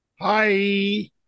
Hi